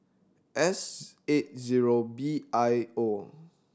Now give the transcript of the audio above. S eight zero B I O